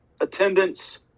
attendance